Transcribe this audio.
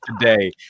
today